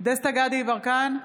דסטה גדי יברקן,